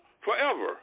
forever